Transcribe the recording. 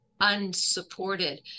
unsupported